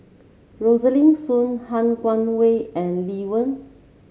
Rosaline Soon Han Guangwei and Lee Wen